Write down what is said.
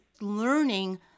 learning